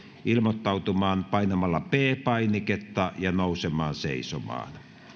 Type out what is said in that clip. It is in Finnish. ilmoittautumaan painamalla p painiketta ja nousemalla seisomaan